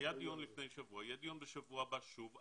היה דיון לפני שבוע, יהיה דיון בשבוע הבא שוב.